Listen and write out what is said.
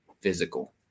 physical